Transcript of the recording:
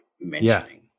mentioning